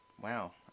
Wow